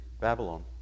Babylon